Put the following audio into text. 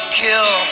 kill